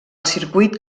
circuit